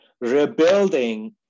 rebuilding